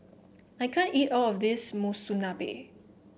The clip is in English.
I can't eat all of this Monsunabe